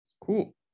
Cool